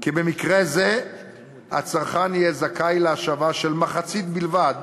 כי במקרה זה הצרכן יהיה זכאי להשבה של מחצית בלבד